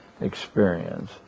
experience